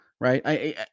right